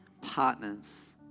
partners